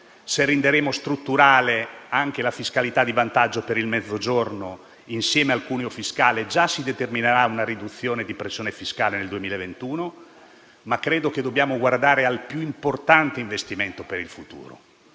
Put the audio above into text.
Se renderemo strutturale anche la fiscalità di vantaggio per il Mezzogiorno insieme al cuneo fiscale, già si determinerà una riduzione di pressione fiscale nel 2021. Dobbiamo, però, guardare al più importante investimento per il futuro.